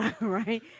Right